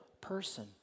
person